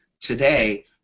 today